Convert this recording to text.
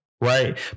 right